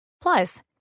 plus